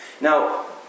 Now